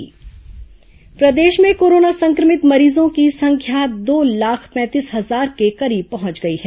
corona समाचारजागरूकता प्रदेश में कोरोना संक्रमित मरीजों की संख्या दो लाख पैंतीस हजार के करीब पहंच गई है